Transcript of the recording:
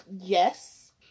yes